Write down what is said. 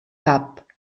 cap